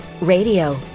Radio